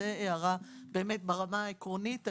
זה ברמה העקרונית הכללית.